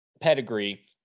pedigree